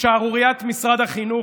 שערוריית משרד החינוך,